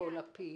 בכל הפעילות.